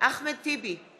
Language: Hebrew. אחמד טיבי,